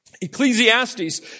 Ecclesiastes